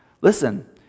Listen